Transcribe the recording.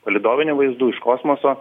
palydovinių vaizdų iš kosmoso